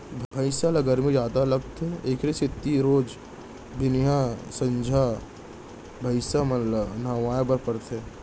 भइंस ल गरमी जादा लागथे एकरे सेती रोज बिहनियॉं, संझा भइंस मन ल नहवाए बर परथे